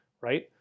right